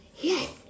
Yes